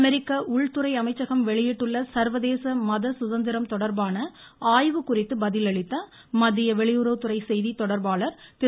அமெரிக்க உள்துறை அமைச்சகம் வெளியிட்டுள்ள சர்வதேச மத சுதந்திரம் தொடா்பான ஆய்வு குறித்த கேள்விக்கு பதிலளித்த மத்திய வெளியுறவுத்துறை செய்தி தொடர்பாளர் திரு